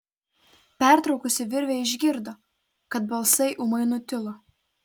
pertraukusi virvę išgirdo kad balsai ūmai nutilo